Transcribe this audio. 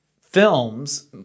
films